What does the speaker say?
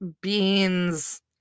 beans